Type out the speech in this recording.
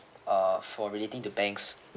uh for relating to banks